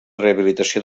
rehabilitació